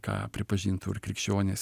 ką pripažintų ir krikščionys